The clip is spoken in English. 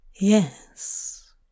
Yes